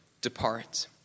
depart